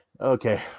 Okay